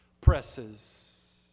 presses